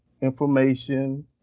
information